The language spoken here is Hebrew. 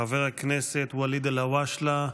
חבר הכנסת ואליד אלהואשלה,